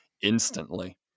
instantly